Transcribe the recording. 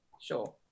sure